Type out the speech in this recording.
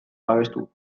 babestu